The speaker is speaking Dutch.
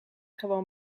gewoon